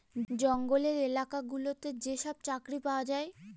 জঙ্গলের এলাকা গুলোতে যেসব চাকরি পাওয়া যায়